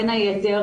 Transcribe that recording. בין היתר,